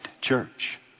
church